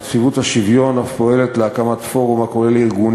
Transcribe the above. נציבות השוויון אף פועלת להקמת פורום הכולל ארגונים